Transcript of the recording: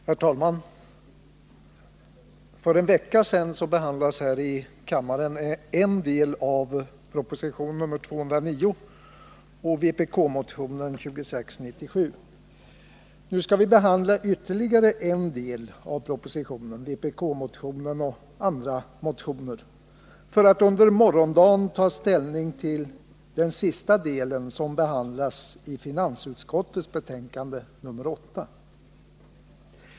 Herr talman! För en vecka sedan behandlades här i kammaren en del av propositionen 209 och vpk-motionen 2697. Nu skall vi behandla ytterligare en del av propositionen, vpk-motionen och andra motioner, för att under morgondagen ta ställning till den sista delen, som behandlas i finansutskottets betänkande nr 8.